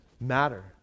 matter